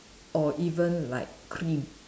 or even like cream